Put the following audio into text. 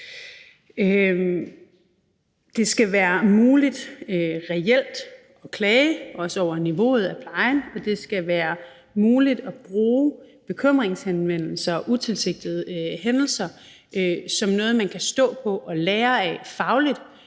Det skal reelt være muligt at klage, også over niveauet af plejen, og det skal være muligt at bruge bekymringshenvendelser og utilsigtede hændelser som noget, man kan stå på og lære af fagligt